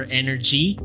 energy